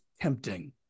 tempting